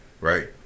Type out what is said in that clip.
right